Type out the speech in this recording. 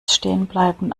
stehenbleiben